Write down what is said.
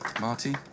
Marty